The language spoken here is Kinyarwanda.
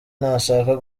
nashaka